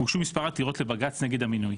הוגשו מספר עתירות לבג"צ נגד המינוי